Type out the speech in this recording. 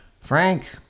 Frank